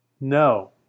no